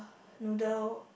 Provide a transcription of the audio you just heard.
noodle